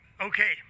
okay